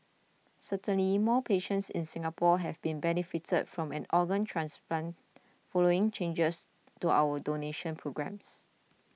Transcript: certainly more patients in Singapore have been benefited from an organ transplant following changes to our donation programmes